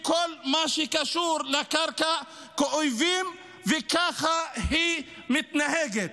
בכל מה שקשור לקרקע, כאל אויבים, וככה היא מתנהגת.